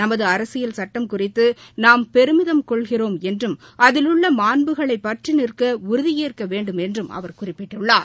நமது அரசியல் சட்டம் குறித்து நாம் பெருமிதம் கொள்கிறோம் என்றும் அதிலுள்ள மாண்புகளை பற்றி நிற்க உறுதி ஏற்க வேண்டுமென்றும் அவர் குறிப்பிட்டுள்ளார்